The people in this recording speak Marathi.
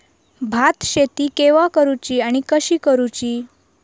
भात शेती केवा करूची आणि कशी करुची?